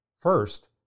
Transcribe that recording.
First